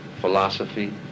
philosophy